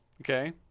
okay